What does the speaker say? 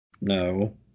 no